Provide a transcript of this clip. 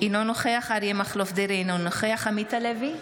אינו נוכח אריה מכלוף דרעי, אינו נוכח עמית הלוי,